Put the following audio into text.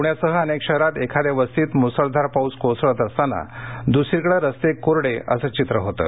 पुण्यासह अनेक शहरांत एखाद्या वस्तीत मुसळधार पाऊस कोसळत असताना दुसरीकडे रस्ते कोरडे असं चित्र होतं